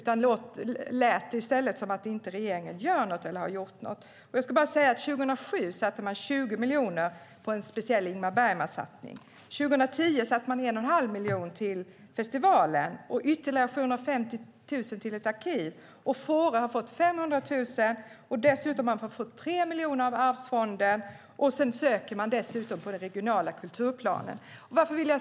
Hon fick det i stället att låta som att regeringen inte gör något eller inte har gjort något. Låt mig nämna att man 2007 avsatte 20 miljoner till en speciell Ingmar Bergman-satsning. År 2010 avsatte man 1 1⁄2 miljon till festivalen och ytterligare 750 000 till ett arkiv. Fårö har fått 500 000. Därtill har man fått 3 miljoner av Arvsfonden, och man söker dessutom medel på det regionala planet.